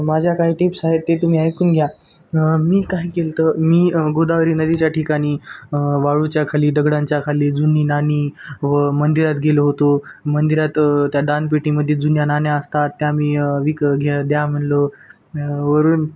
माझ्या काही टिप्स केलं होतं मी गोदावरी नदीच्या ठिकाणी वाळूच्या खाली दगडांच्या खाली जुनी नाणी व मंदिरात गेलो होतो मंदिरात त्या दानपेटीमध्ये जुन्या नाण्या असतात त्या मी विक घ्या द्या म्हणलो वरून